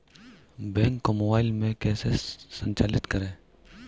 Bank को mobile में कैसे संचालित करें?